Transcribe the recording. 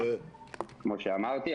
כמו שאמרתי,